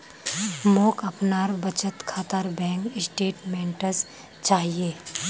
मोक अपनार बचत खातार बैंक स्टेटमेंट्स चाहिए